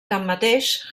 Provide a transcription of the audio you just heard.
tanmateix